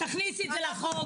תכניסי את זה לחוק,